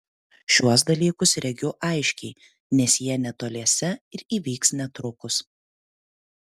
šiuos dalykus regiu aiškiai nes jie netoliese ir įvyks netrukus